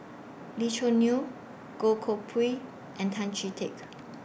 Lee Choo Neo Goh Koh Pui and Tan Chee Teck